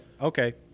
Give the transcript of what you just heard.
okay